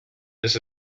this